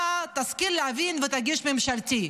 תשכיל להבין ותגיש הצעה ממשלתית,